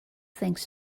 thanks